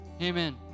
amen